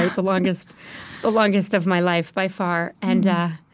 right? the longest ah longest of my life by far. and